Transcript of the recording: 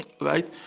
right